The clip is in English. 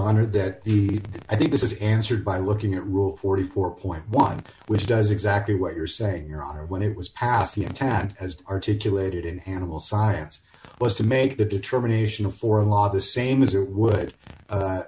honor that the i think this is answered by looking at route forty four point one which does exactly what you're saying your honor when it was passed the attack as articulated in animal science was to make the determination for a law the same as it would